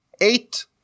eight